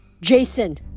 Jason